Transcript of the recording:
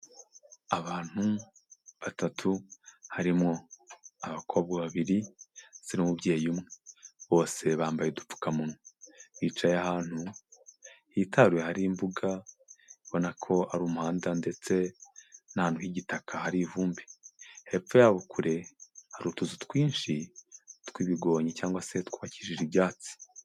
Abantu batatu harimo abakobwa babiri ndetse n'umubyeyi umwe bose bambaye udupfukamunwa, bicaye ahantu hitaruye hari imbuga, ubona ko ari umuhanda ndetse n'ahantu h'igitaka hari ivumbi, hepfo yabo kure hari utuzu twinshi tw'ibigonyi cyangwa se twubakishije ibyatsi.